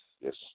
Yes